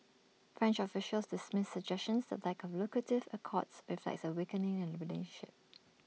French officials dismiss suggestions the lack of lucrative accords reflects A weakening in the relationship